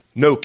No